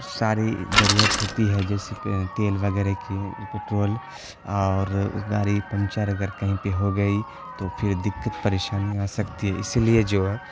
ساری ضرورت ہوتی ہے جیسے پہ تیل وغیرہ کی پٹرول اور گاڑی پمچر اگر کہیں پہ ہو گئی تو پھر دقت پریشانی آ سکتی ہے اسی لیے جو ہے